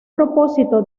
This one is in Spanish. propósito